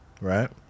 right